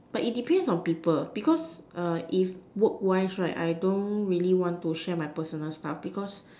but it depends on people because err if work wise right I don't really want to share my personal stuff because